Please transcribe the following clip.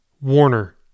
Warner